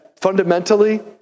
Fundamentally